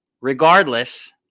Regardless